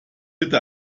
bitte